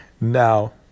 now